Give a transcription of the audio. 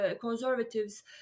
conservatives